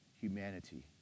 humanity